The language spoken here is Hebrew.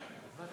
כן.